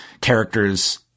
characters